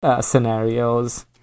scenarios